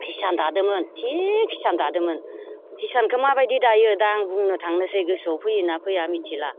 हिसान दादोंमोन थिक हिसान दादोंमोन हिसानखौ माबायदि दायो दा आं बुंनो थांनोसै गोसोआव फैयोना फैया मिथिला